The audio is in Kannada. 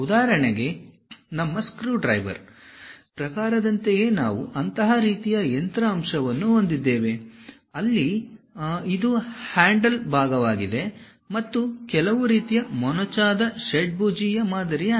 ಉದಾಹರಣೆಗೆ ನಮ್ಮ ಸ್ಕ್ರೂಡ್ರೈವರ್ ಪ್ರಕಾರದಂತೆಯೇ ನಾವು ಅಂತಹ ರೀತಿಯ ಯಂತ್ರ ಅಂಶವನ್ನು ಹೊಂದಿದ್ದೇವೆ ಅಲ್ಲಿ ಇದು ಹ್ಯಾಂಡಲ್ ಭಾಗವಾಗಿದೆ ಮತ್ತು ಕೆಲವು ರೀತಿಯ ಮೊನಚಾದ ಷಡ್ಭುಜೀಯ ಮಾದರಿಯಿದೆ